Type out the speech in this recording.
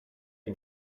ihm